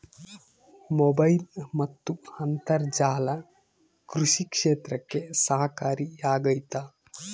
Mobile ಮತ್ತು ಅಂತರ್ಜಾಲ ಕೃಷಿ ಕ್ಷೇತ್ರಕ್ಕೆ ಸಹಕಾರಿ ಆಗ್ತೈತಾ?